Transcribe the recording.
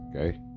okay